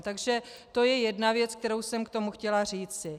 Takže to je jedna věc, kterou jsem k tomu chtěla říci.